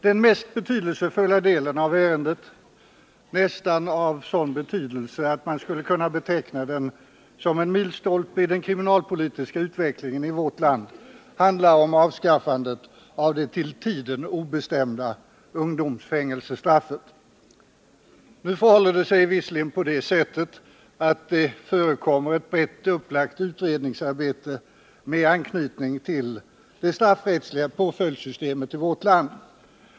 Den mest betydelsefulla delen av ärendet, nästan av sådan betydelse att man skulle kunna beteckna den som en milstolpe i den kriminalpolitiska utvecklingen i vårt land, handlar om avskaffandet av det till tiden obestämda ungdomsfängelsestraffet. Nu förhåller det sig på det sättet att det förekommer ett brett upplagt utredningsarbete med anknytning till det straffrättsliga påföljdssystemet i vårt land.